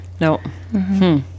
no